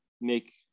make